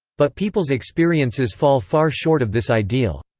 but people's experiences fall far short of this ideal.